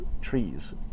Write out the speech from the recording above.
trees